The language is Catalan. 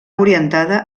orientada